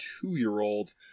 two-year-old